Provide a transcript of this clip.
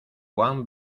cuán